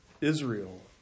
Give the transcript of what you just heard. Israel